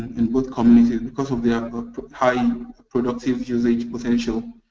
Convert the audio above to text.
in both communities because of their high and productive usage potential.